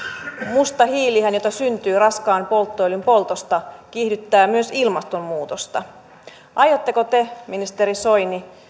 musta hiilihän jota syntyy raskaan polttoöljyn poltosta kiihdyttää myös ilmastonmuutosta aiotteko te ministeri soini